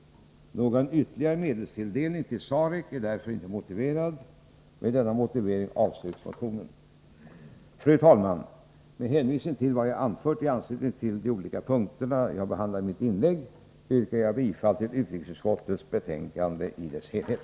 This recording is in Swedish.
Någon ytterligare medelstilldelning till SAREC är därför inte motiverad. Med denna motivering avstyrks motionen. Fru talman! Med hänvisning till vad jag anfört i anslutning till de olika punkterna jag behandlat i mitt inlägg yrkar jag bifall till utrikesutskottets hemställan i dess helhet.